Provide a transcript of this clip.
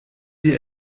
wir